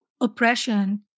oppression